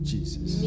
Jesus